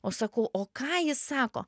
o sakau o ką jis sako